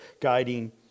guiding